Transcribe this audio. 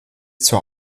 zur